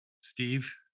Steve